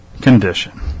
condition